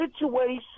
situation